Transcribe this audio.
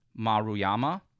Maruyama